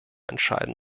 entscheiden